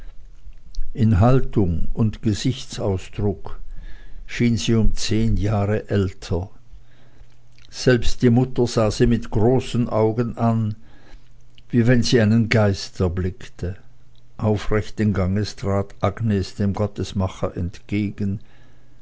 in haltung und gesichtsausdruck schien sie um zehn jahre älter selbst die mutter sah sie mit großen augen an wie wenn sie einen geist erblickte aufrechten ganges trat agnes dem gottesmacher entgegen